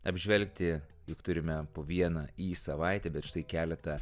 apžvelgti juk turime po vieną į savaitę bet štai keletą